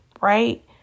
right